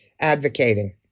advocating